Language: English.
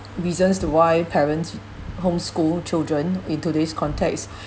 reasons to why parents home school children in today's context